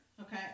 Okay